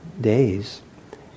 days